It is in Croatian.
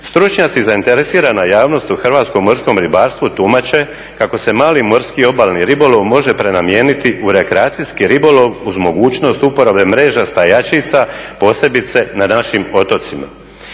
Stručnjaci i zainteresirana javnost u hrvatskom morskom ribarstvu tumače kako se mali morski obalni ribolov može prenamijeniti u rekreacijski ribolov uz mogućnost uporabe mreža stajačica posebice na našim otocima.